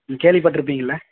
ம் கேள்விப்பட்டிருப்பிங்கள்ல